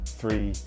three